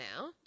now